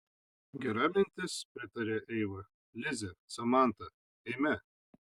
gera mintis pritarė eiva lize samanta eime